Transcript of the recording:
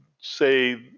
say